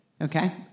okay